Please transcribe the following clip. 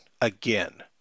again